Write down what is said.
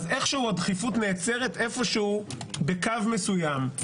איכשהו הדחיפות נעצרת בקו מסוים.